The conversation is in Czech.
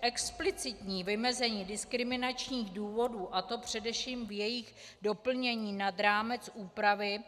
Explicitní vymezení diskriminačních důvodů, a to především v jejich doplnění nad rámec úpravy